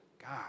God